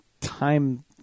time